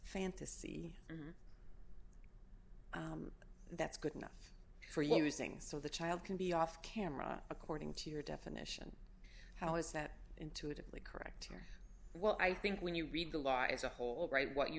fantasy that's good enough for using so the child can be off camera according to your definition how is that intuitively correct here well i think when you read the law it's a whole right what you